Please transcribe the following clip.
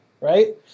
right